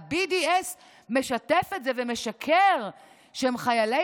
וה-BDS משתף את זה ומשקר שהם חיילי